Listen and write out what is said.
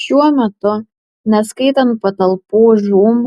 šiuo metu neskaitant patalpų žūm